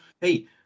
hey